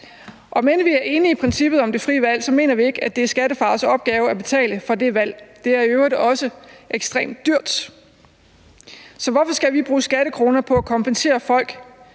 enige i princippet om det frie valg, mener vi ikke, det er skattefars opgave at betale for det valg, og det er i øvrigt også ekstremt dyrt. Så hvorfor skal vi bruge skattekroner på at kompensere folk